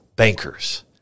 bankers